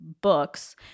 books